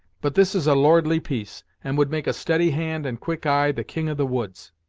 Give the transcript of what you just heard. but this is a lordly piece, and would make a steady hand and quick eye the king of the woods!